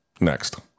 Next